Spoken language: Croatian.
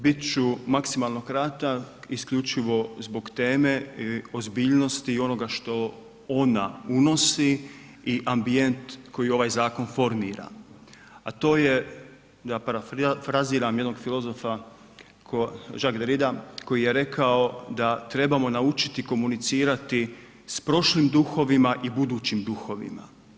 Bit ću maksimalno kratak, isključivo zbog teme i ozbiljnosti, i onoga što ona unosi i ambijent koji ovaj Zakon formira, a to je da parafraziram jednog filozofa Jacques Derrida koji je rekao da trebamo naučiti komunicirati s prošlim duhovima i budućim duhovima.